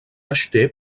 acheté